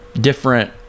different